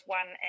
one